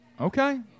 okay